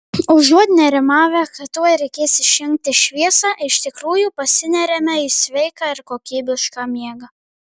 užuot nerimavę kad tuoj reikės išjungti šviesą iš tikrųjų pasineriame į sveiką ir kokybišką miegą